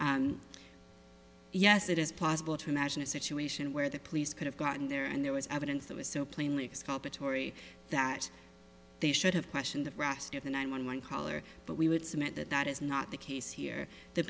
yes it is possible to imagine a situation where the police could have gotten there and there was evidence that was so plainly exculpatory that they should have questioned the rest of the nine one one caller but we would submit that that is not the case here the